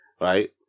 Right